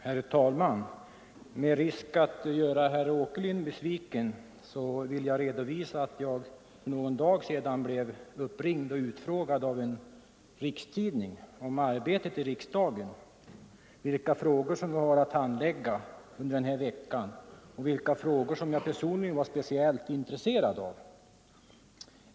Herr talman! Med risk att göra herr Åkerlind besviken vill jag redovi att jag för någon dag sedan blev uppringd och utfrågad av en rikstidning om arbetet i riksdagen. Man ville veta vilka frågor vi hade att handläg ga den här veckan och vilka frågor som jag personligen var speciellt intresserad av.